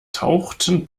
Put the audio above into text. tauchten